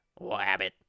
Wabbit